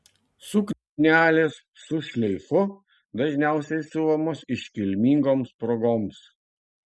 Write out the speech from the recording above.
suknelės su šleifu dažniausiai siuvamos iškilmingoms progoms